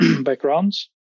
backgrounds